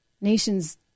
nation's